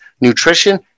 Nutrition